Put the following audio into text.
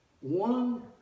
One